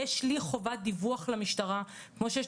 יש לי חוות דיווח למשטרה בדיוק כמו שיש